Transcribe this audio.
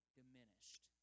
diminished